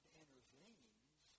intervenes